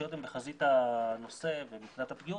שהרשויות הן בחזית הנושא מבחינת הפגיעות,